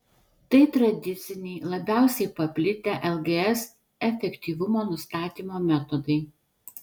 tai tradiciniai labiausiai paplitę lgs efektyvumo nustatymo metodai